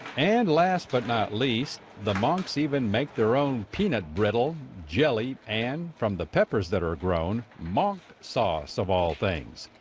and last but not least, the monks even make their own peanut brittle, jelly and from the peppers that are grown, monks sauce of all things.